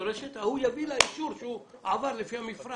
וההוא יביא לה אישור שהוא עבר לפי המפרט